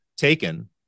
taken